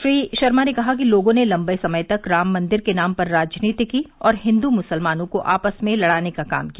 श्री शर्मा ने कहा कि लोगों ने लम्बे समय तक राम मंदिर के नाम पर राजनीति की और हिन्द्र मुसलमानों को आपस में लड़ाने का काम किया